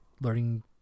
learning